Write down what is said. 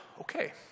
Okay